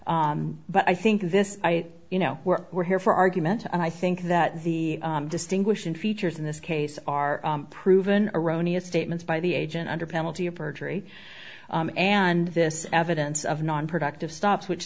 go but i think this you know we're we're here for argument and i think that the distinguishing features in this case are proven erroneous statements by the agent under penalty of perjury and this evidence of nonproductive stops which